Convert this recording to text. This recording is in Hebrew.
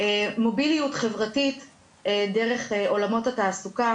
מוביליות חברתית דרך עולמות התעסוקה,